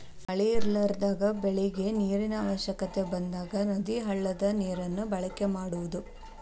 ಮಳಿ ಇರಲಾರದಾಗ ಬೆಳಿಗೆ ನೇರಿನ ಅವಶ್ಯಕತೆ ಬಂದಾಗ ನದಿ, ಹಳ್ಳದ ನೇರನ್ನ ಬಳಕೆ ಮಾಡುದು